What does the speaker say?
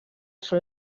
són